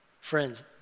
Friends